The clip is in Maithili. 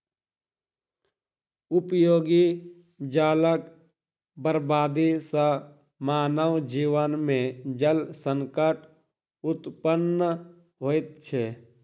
उपयोगी जलक बर्बादी सॅ मानव जीवन मे जल संकट उत्पन्न होइत छै